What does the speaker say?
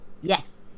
Yes